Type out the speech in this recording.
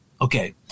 Okay